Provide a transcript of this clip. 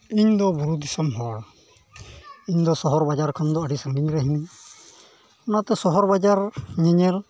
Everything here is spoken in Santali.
ᱤᱧᱫᱚ ᱵᱩᱨᱩ ᱫᱤᱥᱚᱢ ᱦᱚᱲ ᱤᱧᱫᱚ ᱥᱚᱦᱚᱨ ᱵᱟᱡᱟᱨ ᱠᱷᱚᱱ ᱫᱚ ᱟᱹᱰᱤ ᱥᱟᱺᱜᱤᱧ ᱨᱮ ᱦᱤᱱᱟᱹᱧᱟᱹ ᱚᱱᱟᱛᱮ ᱥᱚᱦᱚᱨ ᱵᱟᱡᱟᱨ ᱧᱮᱧᱮᱞ